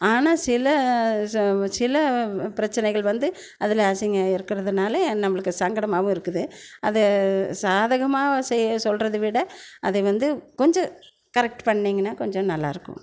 ஆனால் சில சில பிரச்சனைகள் வந்து அதில் அசிங்கம் இருக்கிறதுனால நம்மளுக்கு சங்கடமாகவும் இருக்குது அதை சாதகமாக சொல்கிறத விட அதை வந்து கொஞ்சம் கரெக்ட் பண்ணிங்கன்னா கொஞ்சம் நல்லாயிருக்கும்